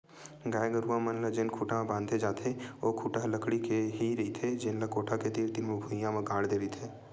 गाय गरूवा मन ल जेन खूटा म बांधे जाथे ओ खूटा ह लकड़ी के ही रहिथे जेन ल कोठा के तीर तीर म भुइयां म गाड़ दे रहिथे